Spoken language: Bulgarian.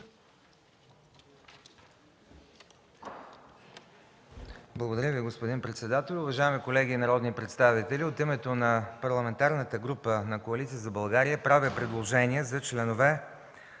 Благодаря Ви, уважаеми господин председател. Уважаеми колеги народни представители, от името на Парламентарната група на Коалиция за България правя предложение за членове